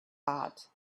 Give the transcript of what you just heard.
hot